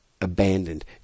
abandoned